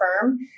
firm